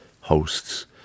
hosts